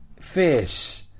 Fish